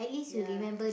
ya